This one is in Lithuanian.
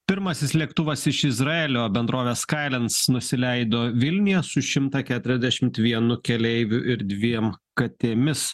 pirmasis lėktuvas iš izraelio bendrovės skylens nusileido vilniuje su šimtą keturiasdešimt vienu keleiviu ir dviem katėmis